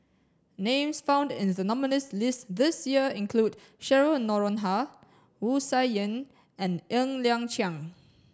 names found in the nominees list this year include Cheryl Noronha Wu Tsai Yen and Ng Liang Chiang